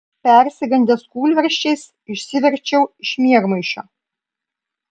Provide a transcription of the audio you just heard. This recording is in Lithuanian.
persigandęs kūlversčiais išsiverčiau iš miegmaišio